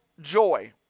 joy